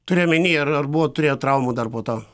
turiu omeny ar ar buvo turėjot traumų dar po to